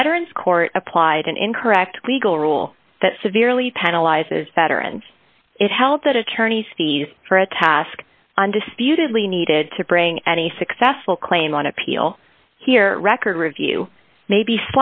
veterans court applied an incorrect legal rule that severely penalizes better and it helped attorneys fees for a task undisputedly needed to bring any successful claim on appeal here record review may be